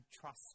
trust